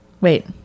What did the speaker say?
Wait